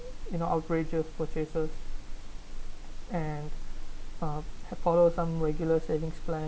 you know outrageous purchases and uh follow some regular savings plan